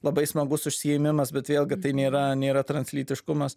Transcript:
labai smagus užsiėmimas bet vėlgi tai nėra nėra translytiškumas